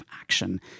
action